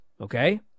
okay